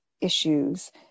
issues